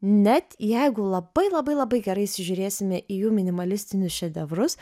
net jeigu labai labai labai gerai įsižiūrėsime į jų minimalistinius šedevrus